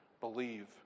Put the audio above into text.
believe